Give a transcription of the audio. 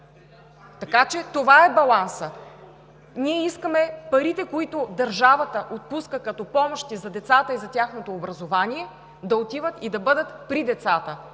Така че това е балансът. Ние искаме парите, които държавата отпуска като помощи за децата и за тяхното образование, да отиват и да бъдат при децата